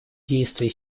действия